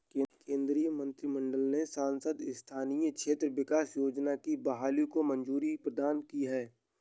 केन्द्रीय मंत्रिमंडल ने सांसद स्थानीय क्षेत्र विकास योजना की बहाली को मंज़ूरी प्रदान की है